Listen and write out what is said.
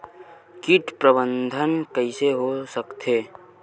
कीट प्रबंधन कइसे हो सकथे?